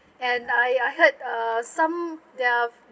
and I I heard uh some there're